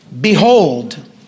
Behold